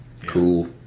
cool